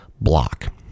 block